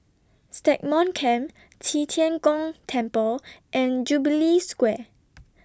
Stagmont Camp Qi Tian Gong Temple and Jubilee Square